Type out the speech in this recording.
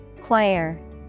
Choir